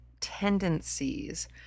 tendencies